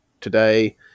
today